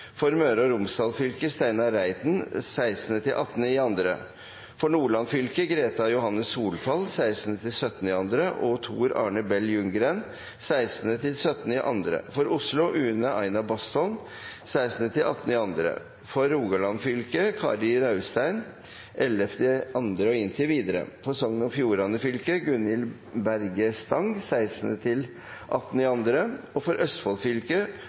For Møre og Romsdal fylke: Steinar Reiten 16.–18. februar For Nordland fylke: Greta Johanne Solfall 16.–17. februar og Tor Arne Bell Ljunggren 16.–17. februar For Oslo: Une Aina Bastholm 16.–18. februar For Rogaland fylke: Kari Raustein 11. februar og inntil videre For Sogn og Fjordane fylke: Gunhild Berge Stang 16.–18. februar For Østfold fylke: Håvard Jensen 16.–18. februar og